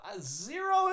zero